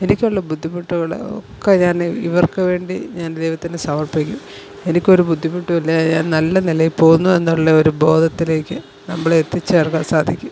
എനിക്കുള്ള ബുദ്ധിമുട്ടുകളൊക്കെ ഞാനിവർക്ക് വേണ്ടി ഞാൻ ദൈവത്തിന് സമർപ്പിക്കും എനിക്കൊരു ബുദ്ധിമുട്ടുമില്ല ഞാൻ നല്ല നിലയില് പോകുന്നു എന്നുള്ള ഒരു ബോധത്തിലേക്ക് നമ്മളെത്തി ചേർക്കാൻ സാധിക്കും